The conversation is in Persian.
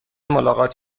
ملاقات